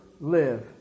live